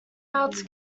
routes